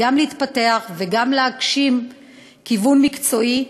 גם להתפתח וגם להגשים כיוון מקצועי,